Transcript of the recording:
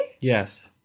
Yes